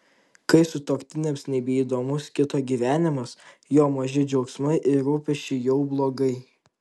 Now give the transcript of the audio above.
kai sutuoktiniams nebeįdomus kito gyvenimas jo maži džiaugsmai ir rūpesčiai jau blogai